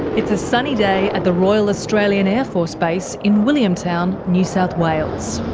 it's a sunny day at the royal australian air force base in williamtown, new south wales.